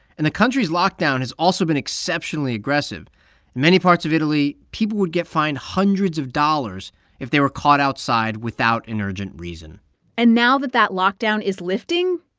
and the country's lockdown has also been exceptionally aggressive. in many parts of italy, people would get fined hundreds of dollars if they were caught outside without an urgent reason and now that that lockdown is lifting,